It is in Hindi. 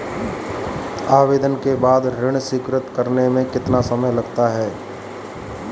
आवेदन के बाद ऋण स्वीकृत करने में कितना समय लगता है?